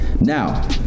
Now